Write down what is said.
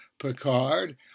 Picard